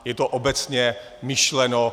Je to obecně myšleno.